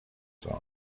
song